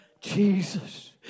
Jesus